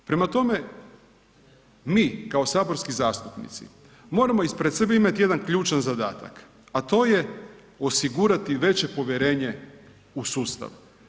Prema tome, mi kao saborski zastupnici moramo ispred sebe imati jedan ključan zadatak, a to je osigurati veće povjerenje u sustav.